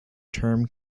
term